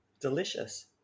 delicious